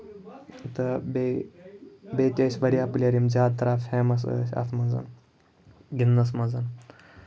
تہٕ بیٚیہِ بیٚیہِ تہِ ٲسۍ یِم واریاہ پِلیر یِم زیادٕ تر فیٚمَس ٲسۍ یِتھ منٛز گِندنَس منٛز